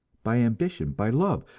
by ambition, by love,